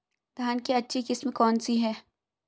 धान की अच्छी किस्म कौन सी है?